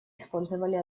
использовали